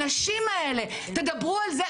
הנשים האלה - תדברו על זה,